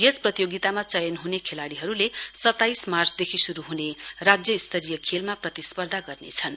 यस प्रतियोगितामा चयन ह्ने खेलाडीहरूले सताइस मार्चदेखि शुरू ह्ने राज्य स्तरीय खेलमा प्रतिस्पर्धा गर्नेछन्